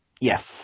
Yes